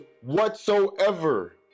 whatsoever